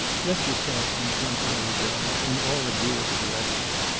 let yourself, on the contrary, go in all agreeable directions.